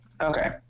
okay